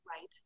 Right